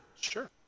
sure